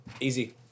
Easy